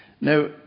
Now